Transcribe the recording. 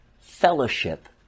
fellowship